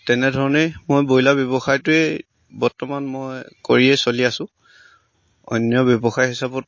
তেনেধৰণেই মই ব্ৰইলাৰ ব্যৱসায়টোৱেই বৰ্তমান মই কৰিয়েই চলি আছোঁ অন্য ব্যৱসায় হিচাপত